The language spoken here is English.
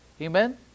Amen